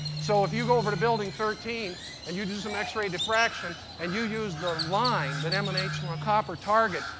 so if you go over to building thirteen and you do some x-ray refraction and you use the line that emanates from a copper target,